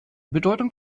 bedeutung